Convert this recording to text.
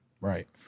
right